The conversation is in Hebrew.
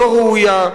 לא ראויה,